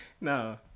No